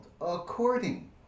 according